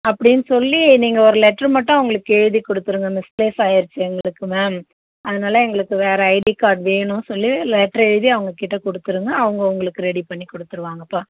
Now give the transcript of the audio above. அப்படின்னு சொல்லி நீங்கள் ஒரு லெட்ரு மட்டும் அவங்களுக்கு எழுதி கொடுத்துருங்க மிஸ் பிளேஸ் ஆயிருச்சு எங்களுக்கு மேம் அதனால் எங்களுக்கு வேறு ஐடி கார்ட் வேணும் சொல்லி லெட்ரு எழுதி அவங்கள்கிட்ட கொடுத்துருங்க அவங்க உங்களுக்கு ரெடி பண்ணி கொடுத்துருவாங்கப்பா